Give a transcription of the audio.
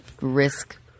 risk